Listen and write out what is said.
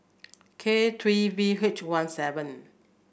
K three V H one seven